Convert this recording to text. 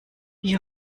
wie